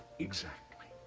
exactly!